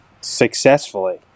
successfully